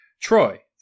Troy